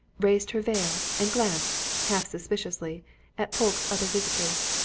raised her veil and glanced half-suspiciously at polke's other visitors.